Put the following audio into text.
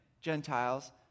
Gentiles